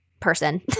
Person